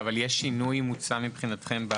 יש שינוי מוצע מבחינתכם?